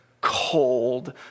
cold